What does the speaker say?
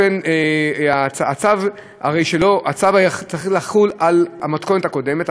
הצו היה צריך לחול על המתכונת הקודמת,